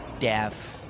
deaf